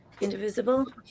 indivisible